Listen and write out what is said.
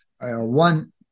one